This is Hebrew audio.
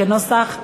כנוסח הוועדה.